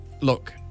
look